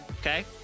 Okay